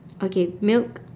okay milk